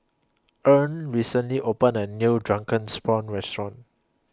Earlean recently opened A New Drunken Prawns Restaurant